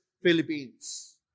Philippines